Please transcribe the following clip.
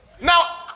Now